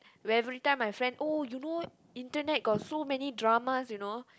everytime my friend oh you know internet got so many dramas you know